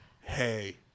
Hey